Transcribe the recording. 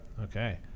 Okay